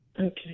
Okay